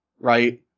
right